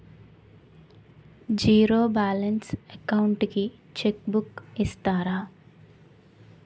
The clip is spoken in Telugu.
జీరో బాలన్స్ అకౌంట్ కి చెక్ బుక్ ఇస్తారా?